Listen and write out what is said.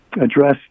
address